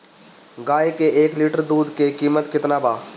गाए के एक लीटर दूध के कीमत केतना बा?